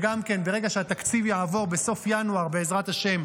ברגע שהתקציב יעבור בסוף ינואר, בעזרת השם,